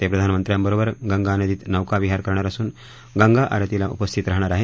ते प्रधामंत्र्यांनबरोबर गंगा नदीत नौका विहार करणार असून गंगा आरतीला उपस्थित राहणार आहेत